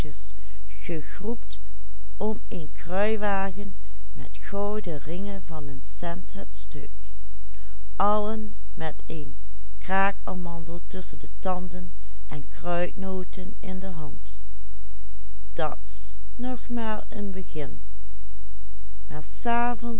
een kruiwagen met gouden ringen van een cent het stuk allen met een kraakamandel tusschen de tanden en kruidnoten in de hand dat s nog maar een begin